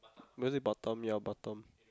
was it bottom ya bottom